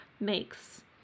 makes